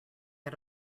had